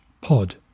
pod